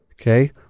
Okay